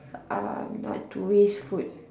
um not to waste food